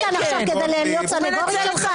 התפקיד שלך כאן עכשיו להיות סנגורית שלו?